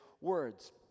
words